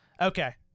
okay